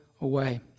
away